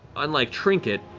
unlike trinket,